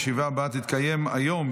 הישיבה הבאה תתקיים היום,